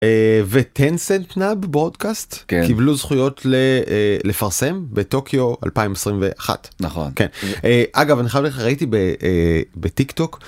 אה, וטנסנט נב(?) ברודקאסט קיבלו זכויות לפרסם בטוקיו 2021. נכון. כן. אגב, אני חייב להגיד לך, ראיתי בטיק טוק